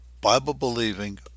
Bible-believing